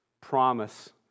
promise